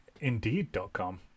indeed.com